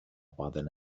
poden